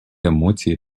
емоції